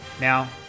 Now